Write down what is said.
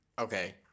Okay